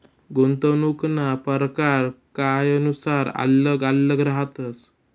गुंतवणूकना परकार कायनुसार आल्लग आल्लग रहातस